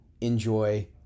enjoy